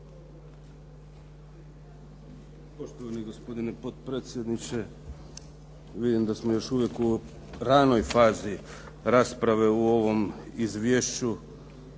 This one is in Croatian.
Poštovani gospodine potpredsjedniče, vidim da smo još uvijek u ranoj fazi rasprave o ovom Izvješću.